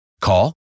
Call